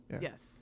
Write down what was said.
Yes